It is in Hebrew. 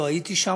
לא הייתי שם,